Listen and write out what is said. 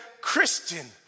Christian